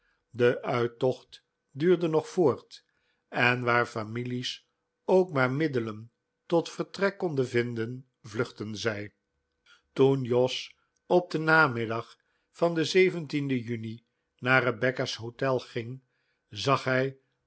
de uittocht duurde nog voort en waar families ook maar middelen tot vertrek konden vinden vluchtten zij toen jos op den namiddag van den den juni naar rebecca's hotel ging zag hij